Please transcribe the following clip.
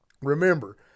Remember